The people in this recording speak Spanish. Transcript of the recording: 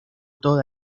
toda